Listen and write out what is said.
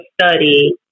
study